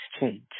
change